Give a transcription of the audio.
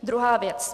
Druhá věc.